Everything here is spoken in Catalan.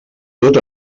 tot